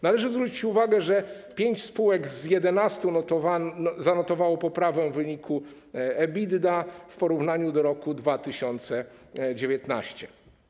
Należy zwrócić uwagę, że pięć spółek z 11 zanotowało poprawę w wyniku EBITDA w porównaniu z rokiem 2019.